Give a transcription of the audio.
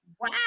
wow